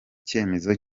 cyemezo